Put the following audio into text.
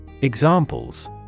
Examples